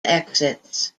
exits